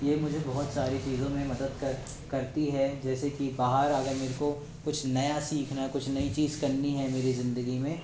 ये मुझे बहुत सारी चीज़ों में मदद करती है जैसे कि बाहर अगर मुझको कुछ नया सीखना है कुछ नई चीज़ करनी है मेरी ज़िन्दगी में